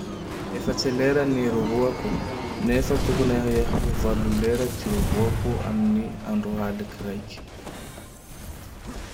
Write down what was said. Efatse lera ny iroroako nefa tokony hi- ho valo lera ty iroroako amin'ny andro haliky raike.